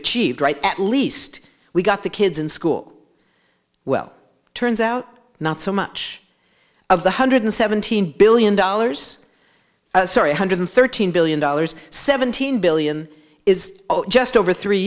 achieved right at least we got the kids in school well turns out not so much of the hundred seventeen billion dollars sorry hundred thirteen billion dollars seventeen billion is just over three